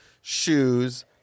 shoes